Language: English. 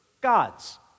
gods